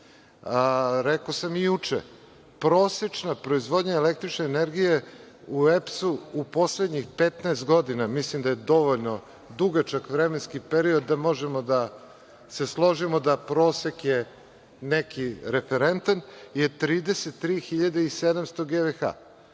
Rekao sam i juče, prosečna proizvodnja električne energije u EPS u poslednjih 15 godina, mislim da je dovoljno dugačak vremenski period da možemo da se složimo da prosek je neki referentan, je 33.700 gVh